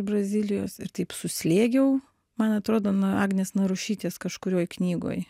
brazilijos ir taip suslėgiau man atrodo nu agnės narušytės kažkurioj knygoj